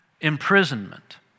imprisonment